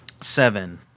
seven